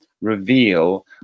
reveal